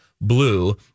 Blue